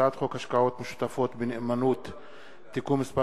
הצעת חוק השקעות משותפות בנאמנות (תיקון מס'